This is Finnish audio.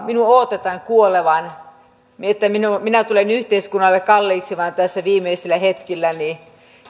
minun odotetaan kuolevan että minä tulen yhteiskunnalle kalliiksi vain tässä viimeisillä hetkilläni